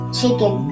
chicken